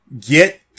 Get